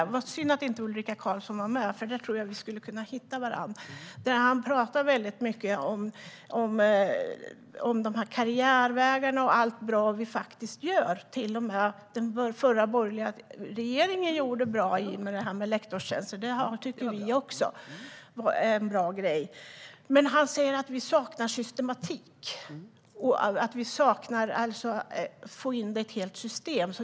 Det var synd att inte Ulrika Carlsson var med, för där tror jag att vi skulle kunna hitta varandra. Björn Åstrand talade mycket om karriärvägarna och allt bra vi faktiskt gör. Till och med den förra borgerliga regeringen gjorde bra saker i och med lektorstjänsterna; det tycker vi också är en bra grej. Men han säger att vi saknar systematik - att få in detta i ett system.